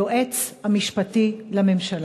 היועץ המשפטי לממשלה.